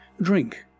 drink